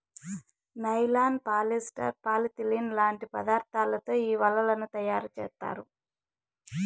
nylon, polyester, polythene లాంటి పదార్థాలతో ఈ వలలను తయారుచేత్తారు